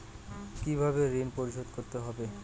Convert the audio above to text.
কিভাবে ঋণ পরিশোধ করতে হবে?